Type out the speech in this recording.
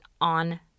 on